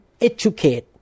educate